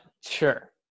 sure